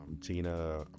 tina